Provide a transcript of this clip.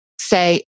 say